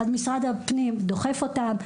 אז משרד הפנים דוחף אותם.